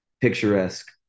picturesque